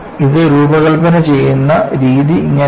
ഇത് രൂപകൽപ്പന ചെയ്യുന്ന രീതിയല്ല